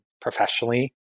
professionally